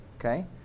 Okay